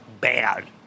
bad